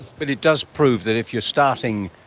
but it does prove that if you are starting,